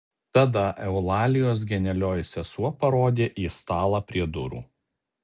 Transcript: tada eulalijos genialioji sesuo parodė į stalą prie durų